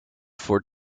for